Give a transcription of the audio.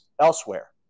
elsewhere